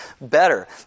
better